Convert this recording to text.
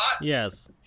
Yes